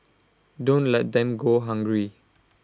don't let them go hungry